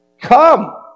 Come